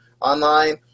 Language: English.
online